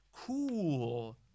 cool